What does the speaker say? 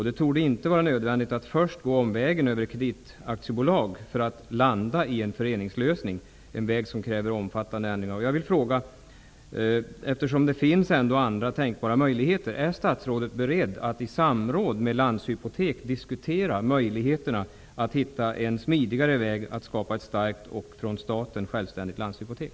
Det torde inte vara nödvändigt att först gå omvägen över kreditaktiebolag för att landa i en föreningslösning -- en väg som kräver omfattande ändringar. Landshypotek diskutera möjligheterna att hitta en smidigare väg att skapa ett starkt och från staten självständigt Landshypotek?